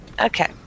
Okay